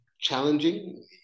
challenging